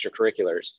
extracurriculars